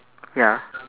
ya